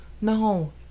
no